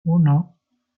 uno